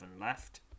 left